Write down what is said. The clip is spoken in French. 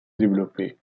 développer